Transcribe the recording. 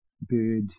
bird